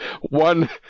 one –